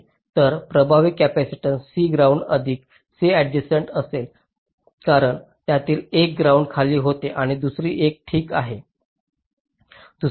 तर प्रभावी capacitance C ground अधिक C ऍडजेसंट असेल कारण त्यातील एक ग्राउंड खाली होती आणि दुसरी एक ठीक आहे